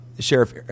Sheriff